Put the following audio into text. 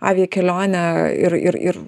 avia kelionę ir ir ir